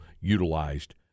utilized